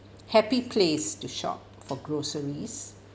happy place to shop for groceries